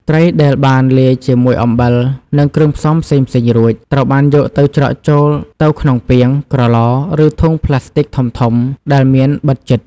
ត្រីដែលបានលាយជាមួយអំបិល និងគ្រឿងផ្សំផ្សេងៗរួច ត្រូវបានយកទៅច្រកចូលទៅក្នុងពាង ក្រឡ ឬធុងប្លាស្ទិកធំៗ ដែលមានបិទជិត។